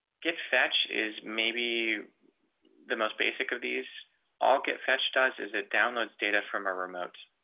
get fetch is maybe the most basic of these all get fetched does is it downloads data from a remote